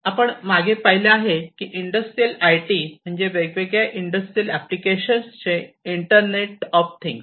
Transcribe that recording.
आपण मागे पाहिले आहेस की इंडस्ट्रियल आयटी म्हणजे वेगवेगळ्या इंडस्ट्रियल एप्लिकेशन्सचे इंटरनेट इंटरनेट ऑफ थिंग्स